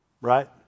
right